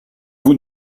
vous